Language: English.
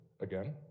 again